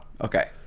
Okay